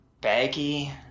baggy